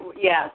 yes